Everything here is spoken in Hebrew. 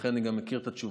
ולכן אני מכיר את התשובה.